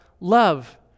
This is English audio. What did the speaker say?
love